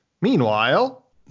Meanwhile